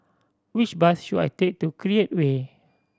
which bus should I take to Create Way